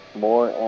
more